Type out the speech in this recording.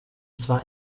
zwar